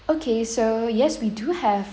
okay so yes we do have